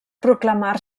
proclamar